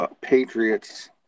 patriots